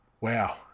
wow